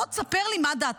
בוא תספר לי מה דעתך.